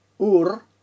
Ur